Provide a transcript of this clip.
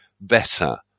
better